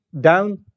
down